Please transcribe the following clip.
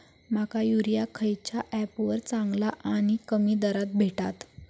माका युरिया खयच्या ऍपवर चांगला आणि कमी दरात भेटात?